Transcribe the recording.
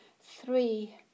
three